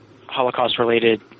Holocaust-related